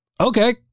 okay